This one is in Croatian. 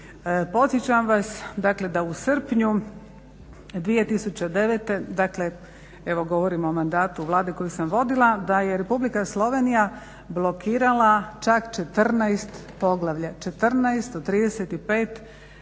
Podsjećam vas dakle da u srpnju 2009. dakle, evo govorim o mandatu Vlade koju sam vodila da je Republika Slovenija blokirala čak 14 poglavlja, 14 do 35 poglavlja